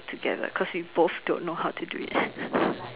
together cause we both don't know how to do it